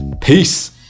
Peace